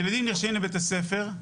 ילדים נרשמים לבית הספר,